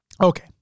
Okay